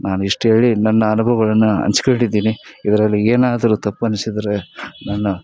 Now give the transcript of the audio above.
ನಾನು ಇಷ್ಟು ಹೇಳಿ ನನ್ನ ಅನುಭವಗಳನ್ನು ಹಂಚ್ಕಂಡಿದೀನಿ ಇದರಲ್ಲಿ ಏನಾದ್ರೂ ತಪ್ಪು ಅನ್ನಿಸಿದ್ರೆ ನನ್ನ